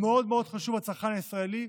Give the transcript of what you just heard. הוא מאוד מאוד חשוב לצרכן הישראלי,